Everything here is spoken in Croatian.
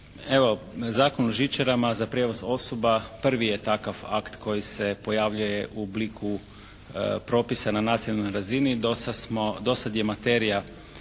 Evo Zakon o žičarama za prijevoz osoba prvi je takav akt koji se pojavljuje u obliku propisa na nacionalnoj razini. Do sad smo,